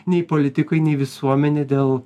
nei politikai nei visuomenė dėl